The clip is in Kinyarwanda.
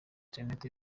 interineti